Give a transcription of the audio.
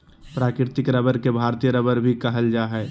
प्राकृतिक रबर के भारतीय रबर भी कहल जा हइ